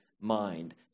mind